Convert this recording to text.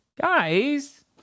Guys